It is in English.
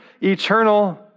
eternal